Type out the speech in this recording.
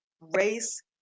race